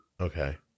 Okay